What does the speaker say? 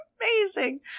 Amazing